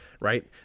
right